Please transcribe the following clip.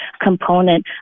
component